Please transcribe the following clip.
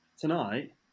tonight